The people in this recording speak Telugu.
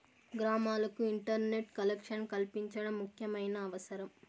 గ్రామాలకు ఇంటర్నెట్ కలెక్షన్ కల్పించడం ముఖ్యమైన అవసరం